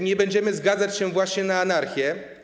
Nie będziemy zgadzać się właśnie na anarchię.